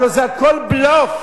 הלוא זה הכול בלוף,